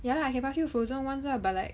ya lah I can pass you the frozen ones lah but like